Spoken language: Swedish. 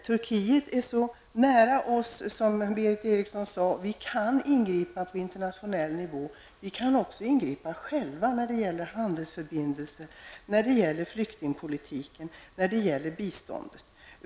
Turkiet ligger så nära oss, och vi kan ingripa på internationell nivå. Vi kan också ingripa själva när det gäller handelsförbindelser, flyktingpolitik och bistånd.